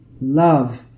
love